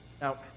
Now